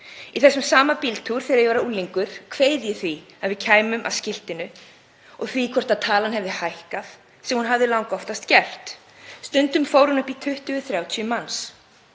Í þessum sama bíltúr, þegar ég var unglingur, kveið ég því að við kæmum að skiltinu og því hvort talan hefði hækkað sem hún hafði langoftast gert. Stundum fór hún upp í 20–30 manns.